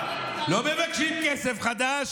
לא מבקשים כסף חדש,